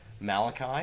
Malachi